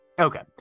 Okay